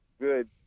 good